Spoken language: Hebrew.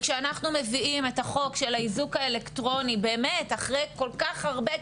ואנחנו מביאים את החוק של האיזוק האלקטרוני באמת אחרי כל כך הרבה,